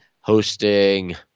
hosting